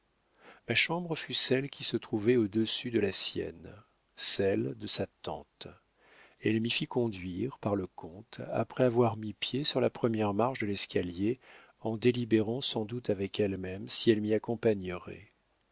ma chambre fut celle qui se trouvait au-dessus de la sienne celle de sa tante elle m'y fit conduire par le comte après avoir mis le pied sur la première marche de l'escalier en délibérant sans doute avec elle-même si elle m'y accompagnerait